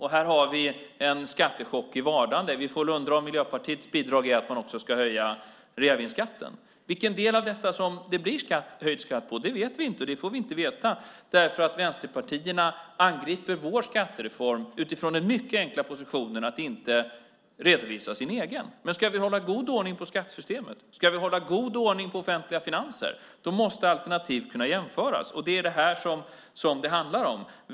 Här har vi en skattechock i vardande. Vi får undra om Miljöpartiets bidrag är att man också ska höja reavinstskatten. Vilken del av detta som det blir höjd skatt på vet vi inte. Det får vi inte veta därför att vänsterpartierna angriper vår skattereform utifrån den mycket enkla positionen att inte redovisa sin egen. Ska vi hålla god ordning på skattesystemet, ska vi hålla god ordning på offentliga finanser måste alternativen kunna jämföras. Det är det som det handlar om.